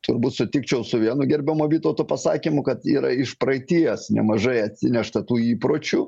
turbūt sutikčiau su vienu gerbiamo vytauto pasakymu kad yra iš praeities nemažai atsinešta tų įpročių